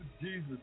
Jesus